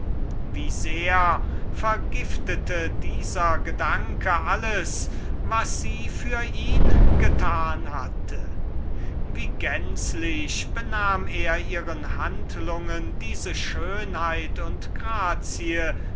wie sehr vergiftete dieser gedanke alles was sie für ihn getan hatte wie gänzlich benahm er ihren handlungen diese schönheit und grazie